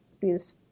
please